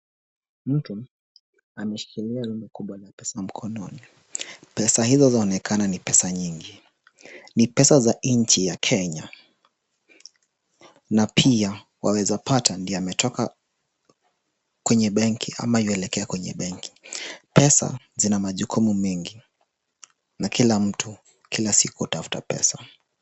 Mtu ameshikilia rundo mkubwa la pesa mkononi. Pesa hizo zaonekana ni pesa nyingi. Ni pesa za nchiya Kenya na pia waeza pata ndio ametoka kwenye benki au yuaelekea kwenye benki. Pesa zina majukumu mengi na kila mtu kila siku hutafuta pesa.